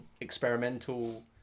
experimental